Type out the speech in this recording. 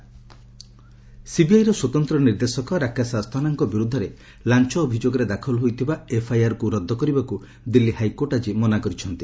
high court Asthana CBI ର ସ୍ୱତନ୍ତ୍ର ନିର୍ଦ୍ଦେଶକ ରାକେଶ ଆସ୍ଥାନାଙ୍କ ବିରୁଦ୍ଧରେ ଲାଞ ଅଭିଯୋଗରେ ଦାଖଲ ହୋଇଥିବା ଏଫ୍ଆଇଆର୍କୁ ରଦ୍ଦ କରିବାକୁ ଦିଲ୍ଲୀ ହାଇକୋର୍ଟ ଆଜି ମନା କରିଛନ୍ତି